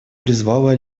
призвала